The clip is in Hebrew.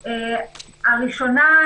הראשונה,